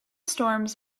storms